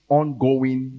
ongoing